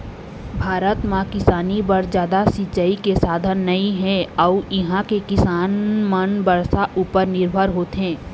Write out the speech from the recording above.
भारत म किसानी बर जादा सिंचई के साधन नइ हे अउ इहां के किसान मन बरसा उपर निरभर होथे